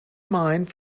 mind